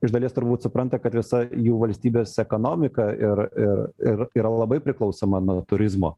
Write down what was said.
iš dalies turbūt supranta kad visa jų valstybės ekonomika ir ir ir yra labai priklausoma nuo turizmo